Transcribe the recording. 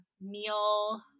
meal